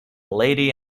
lady